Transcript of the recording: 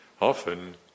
often